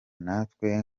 natwe